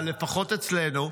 אבל לפחות אצלנו,